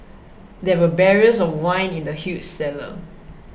there were barrels of wine in the huge cellar